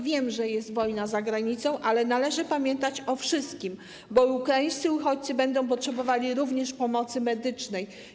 Wiem, że jest wojna za granicą, ale należy pamiętać o wszystkim, bo ukraińscy uchodźcy również będą potrzebowali pomocy medycznej.